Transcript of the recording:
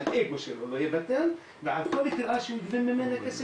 האגו שלו לא יוותר ועל כל קריאה לא יוותר,